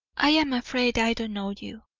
i am afraid i don't know you,